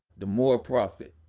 the more profit.